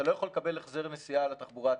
אתה לא יכול לקבל החזר נסיעה על התחבורה הציבורית.